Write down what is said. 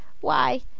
Why